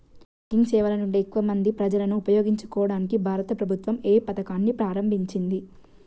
Banking సేవల నుండి ఎక్కువ మంది ప్రజలను ఉపయోగించుకోవడానికి భారత ప్రభుత్వం ఏ పథకాన్ని ప్రారంభించింది?